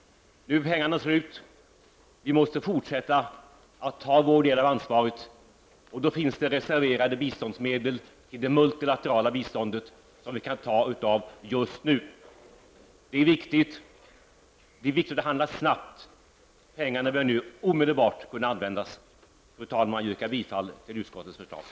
Nu är pengarna slut, och vi måste fortsätta att ta vår del av ansvaret. Det finns reserverade biståndsmedel i anslaget för det multilaterala biståndet som vi kan ta av. Det är viktigt att handla snabbt. Pengarna bör omedelbart kunna användas. Fru talman! Jag yrkar bifall till utskottets hemställan.